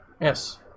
Yes